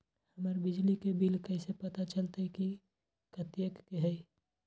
हमर बिजली के बिल कैसे पता चलतै की कतेइक के होई?